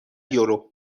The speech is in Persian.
یورو